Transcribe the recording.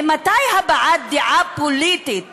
ממתי הבעת דעה פוליטית